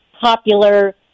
popular